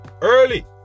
Early